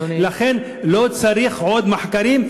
לכן לא צריך עוד מחקרים.